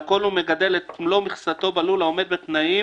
והכול אם הוא מגדל את מלוא מכסתו בלול העומד בתנאים